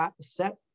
set